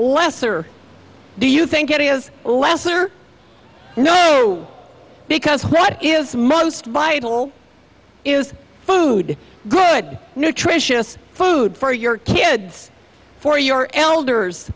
less or do you think it is less or new because what is most vital is food good nutritious food for your kids for your elders